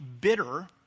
bitter